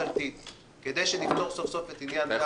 ממשלתית כדי שנפתור סוף-סוף את עניין דמי אבטלה לעצמאים.